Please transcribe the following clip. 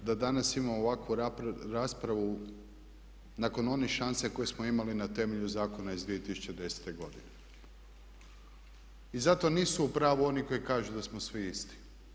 Tužno je da danas imamo ovakvu raspravu nakon onih šansi koje smo imali na temelju zakona iz 2010.godine i zato nisu u pravu oni koji kažu da smo svi isti.